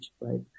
right